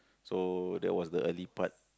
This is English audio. so that was the early part